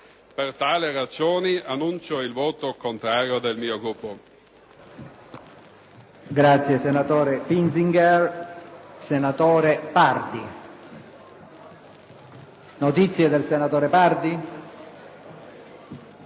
Per tali ragioni, annuncio il voto contrario del mio Gruppo.